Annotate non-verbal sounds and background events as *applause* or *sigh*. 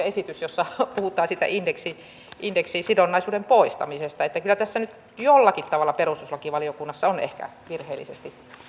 *unintelligible* esitys jossa puhutaan siitä indeksisidonnaisuuden poistamisesta että kyllä tässä nyt jollakin tavalla perustuslakivaliokunnassa on ehkä virheellisesti